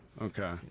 Okay